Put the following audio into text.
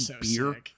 beer